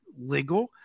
legal